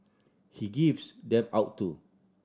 he gives them out too